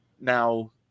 Now